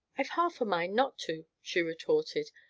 i've half a mind not to, she retorted,